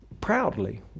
proudly